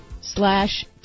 slash